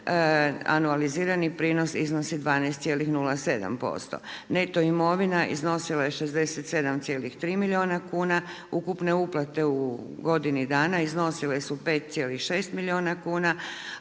anualizirani prinos iznosi 12,07%. neto imovina iznosila je 67,3 milijuna kuna, ukupne uplate u godini dana iznosile su 5,6 milijuna kuna,